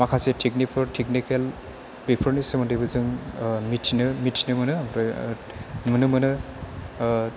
माखासे टेकनिकफोर टेकनिकेल बेफोरनि सोमोन्दै जों मिथिनो मिथिनो मोनो ओमफ्राय नुनो मोनो